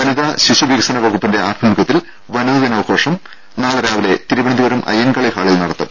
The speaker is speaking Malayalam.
വനിതാ ശിശുവികസന വകുപ്പിന്റെ ആഭിമുഖ്യത്തിൽ വനിതാ ദിനാഘോഷം നാളെ രാവിലെ തിരുവനന്തപുരം അയ്യങ്കാളി ഹാളിൽ നടത്തും